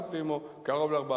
4,000 או קרוב ל-4,000.